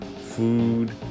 food